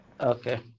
Okay